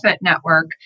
Network